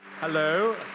Hello